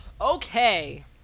Okay